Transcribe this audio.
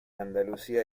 andalucía